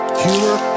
humor